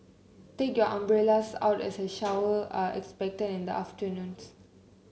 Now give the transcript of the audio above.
take your umbrellas out as a shower are expected in the afternoons